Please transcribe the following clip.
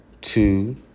two